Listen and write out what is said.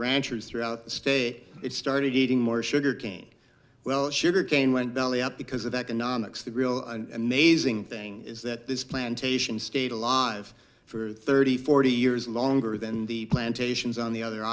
ranchers throughout the state it started eating more sugar cane well sugar cane went belly up because of economics the real and mazing thing is that this plantation stayed alive for thirty forty years longer than the plantations on the other